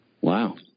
Wow